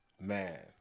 man